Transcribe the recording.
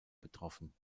betroffen